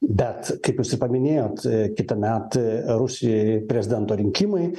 bet kaip jūs ir paminėjot kitąmet rusijoj prezidento rinkimai